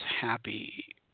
happy